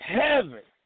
heaven